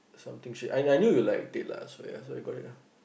something she I I knew you like it lah ya so I got it